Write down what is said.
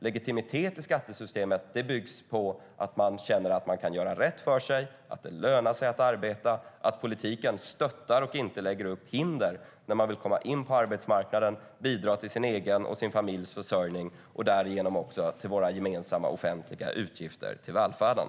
Legitimitet i skattesystemet byggs på att man känner att man kan göra rätt för sig, att det lönar sig att arbeta och att politiken stöttar och inte lägger hinder när man vill komma in på arbetsmarknaden och bidra till sin egen och sin familjs försörjning och därigenom till våra gemensamma offentliga utgifter till välfärden.